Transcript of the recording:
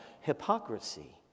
hypocrisy